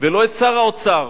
ולא משר האוצר.